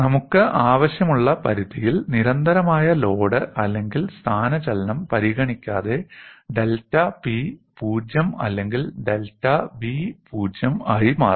നമുക്ക് ആവശ്യമുള്ള പരിധിയിൽ നിരന്തരമായ ലോഡ് അല്ലെങ്കിൽ സ്ഥാനചലനം പരിഗണിക്കാതെ ഡെൽറ്റ P '0' അല്ലെങ്കിൽ ഡെൽറ്റ V '0' ആയി മാറുന്നു